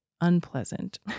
unpleasant